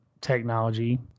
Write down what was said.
technology